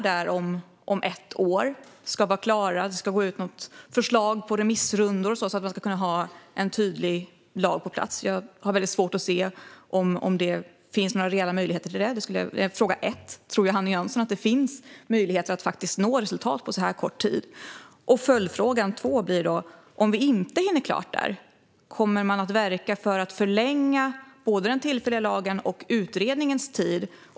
Det ska gå ut något förslag på remissrunda så att det går att ha en tydlig lag på plats när vi är där om ett år. Jag har svårt att se att det finns reella möjligheter till detta, men tror Johanna Jönsson att det är möjligt att nå resultat på så kort tid? Då blir mina följdfrågor: Om vi inte hinner klart, kommer man att verka för att förlänga den tillfälliga lagen och utredningens tid?